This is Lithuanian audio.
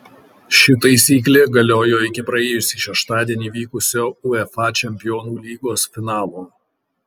ši taisyklė galiojo iki praėjusį šeštadienį vykusio uefa čempionų lygos finalo